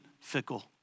fickle